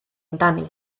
amdani